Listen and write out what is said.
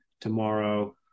tomorrow